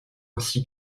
ainsi